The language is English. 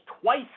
twice